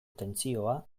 tentsioa